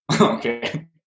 okay